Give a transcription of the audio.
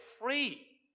free